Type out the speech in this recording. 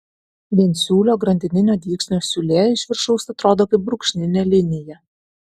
viensiūlio grandininio dygsnio siūlė iš viršaus atrodo kaip brūkšninė linija